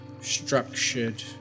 structured